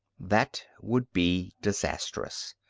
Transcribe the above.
that would be disastrous.